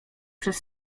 przez